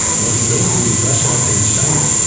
most notably russia and china.